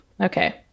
Okay